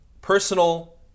personal